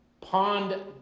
pond